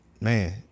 man